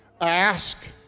Ask